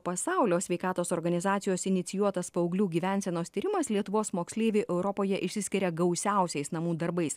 pasaulio sveikatos organizacijos inicijuotas paauglių gyvensenos tyrimas lietuvos moksleiviai europoje išsiskiria gausiausiais namų darbais